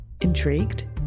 Intrigued